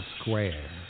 Square